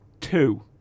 Two